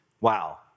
wow